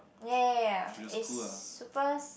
ya it's super